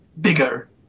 bigger